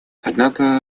однако